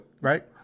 Right